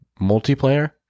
multiplayer